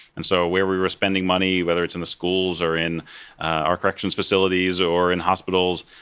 and so where we were spending money, whether it's in the schools or in our corrections facilities or in hospitals,